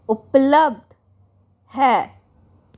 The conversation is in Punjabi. ਉਪਲੱਬਧ ਹੈ